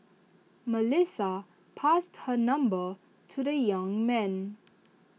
Melissa passed her number to the young man